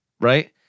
right